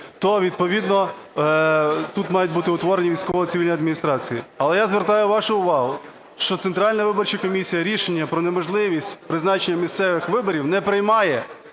то відповідно тут мають бути утворені військово-цивільні адміністрації. Але я звертаю вашу увагу, що Центральна виборча комісія рішення про неможливість призначення місцевих виборів не приймає